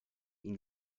ihn